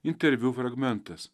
interviu fragmentas